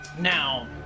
Now